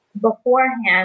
beforehand